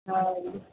हा दीदी